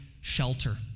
shelter